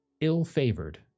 ill-favored